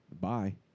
bye